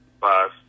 Five